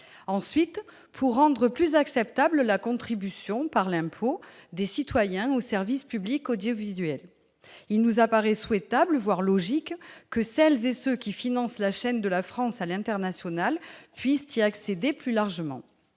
ensuite de rendre plus acceptable la contribution, par l'impôt, des citoyens au service public audiovisuel. Il nous paraît souhaitable, voire logique, que celles et ceux qui financent la chaîne de la France à vocation internationale puissent y accéder plus largement.